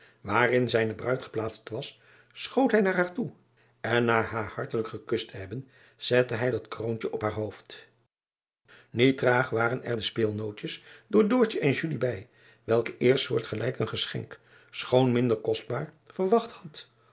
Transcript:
waarin zijne bruid geplaatst was schoot hij naar haar toe en na haar hartelijk gekust te hebben zette hij dat kroontje op haar hoofd iet traag waren er de speelnontjes en bij welke eerste soortgelijk een geschenk schoon minder kostbaar verwacht had